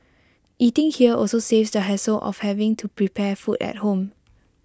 eating here also saves the hassle of having to prepare food at home